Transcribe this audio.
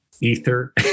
ether